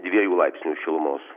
dviejų laipsnių šilumos